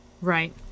Right